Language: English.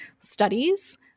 studies